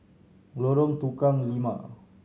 Lorong Tukang Lima